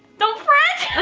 don't fret.